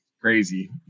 crazy